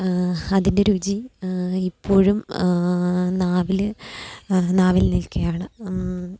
അതിൻ്റെ രുചി ഇപ്പോഴും നാവിൽ നാവിൽ നിൽക്കയാണ്